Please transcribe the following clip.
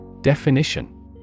Definition